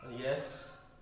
Yes